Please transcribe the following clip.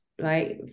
right